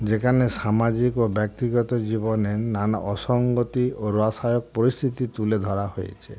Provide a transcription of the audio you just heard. যেখানে সামাজিক ও ব্যক্তিগত জীবনে নানা অসঙ্গতি ও রসায়ক পরিস্থিতি তুলে ধরা হয়েছে